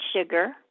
sugar